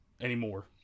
anymore